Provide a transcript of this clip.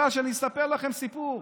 אני אספר לכם סיפור.